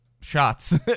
Shots